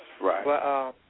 Right